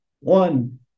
one